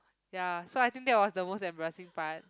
ya so I think that was the most embarrassing part